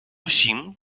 усім